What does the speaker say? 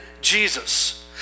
Jesus